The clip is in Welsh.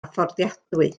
fforddiadwy